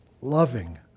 loving